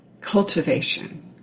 cultivation